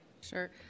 Sure